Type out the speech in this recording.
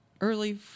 early